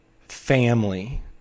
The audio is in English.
family